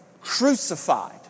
crucified